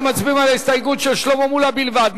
אנחנו מצביעים על ההסתייגות של שלמה מולה בלבד.